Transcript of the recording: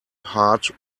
hard